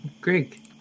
Greg